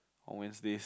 on Wednesdays